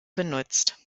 benutzt